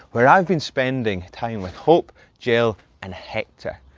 where i've been spending time with hope, gill and hector.